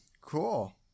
Cool